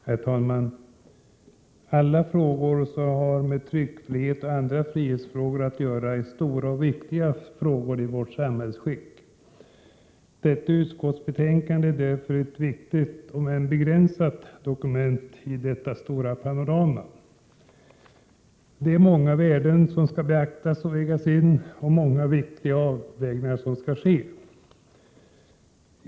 Herr talman! Alla frågor som har med tryckfrihet och andra frihetsfrågor att göra är stora och viktiga i ett samhällsskick som vårt. Detta utskottsbetänkande är därför ett viktigt, om än begränsat dokument i detta stora panorama. Det är många värden som skall beaktas och många viktiga avvägningar som skall göras.